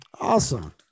Awesome